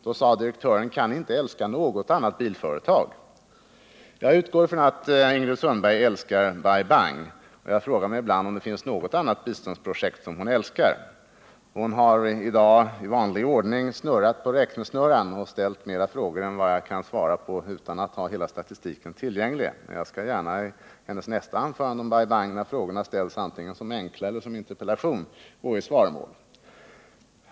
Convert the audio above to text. Då frågade direktören: Kan ni inte älska något annat bilföretag? Jag utgår från att Ingrid Sundberg älskar Bai Bang. Jag frågar mig ibland om det finns något annat biståndsprojekt som hon älskar. Hon har i dag i vanlig ordning snurrat på räknesnurran och ställt fler frågor än jag kan svara på utan att ha hela statistiken tillgänglig. I hennes nästa anförande om Bai Bang, antingen det sker i form av en enkel fråga eller en interpellation, skall jag gärna gå i svaromål.